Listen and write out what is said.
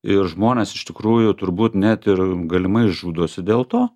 ir žmonės iš tikrųjų turbūt net ir galimai žudosi dėl to